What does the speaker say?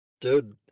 Dude